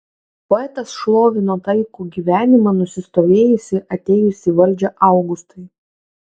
poetas šlovino taikų gyvenimą nusistovėjusį atėjus į valdžią augustui